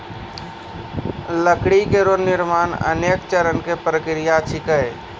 लकड़ी केरो निर्माण अनेक चरण क प्रक्रिया छिकै